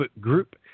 group